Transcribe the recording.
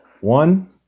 One